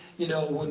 you know, and